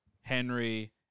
Henry